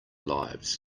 lives